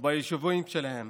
וביישובים שלהם